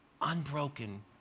unbroken